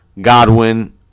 Godwin